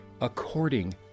according